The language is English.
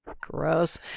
Gross